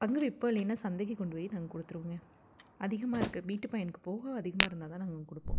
அங்கே வைப்போம் இல்லைன்னால் சந்தைக்குக் கொண்டு போய் நாங்கள் கொடுத்துருவங்க அதிகமாக இருக்கற வீட்டுப் பயனுக்குப் போக அதிகமாக இருந்தால் தான் நாங்கள் கொடுப்போம்